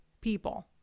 people